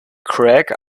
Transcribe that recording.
craig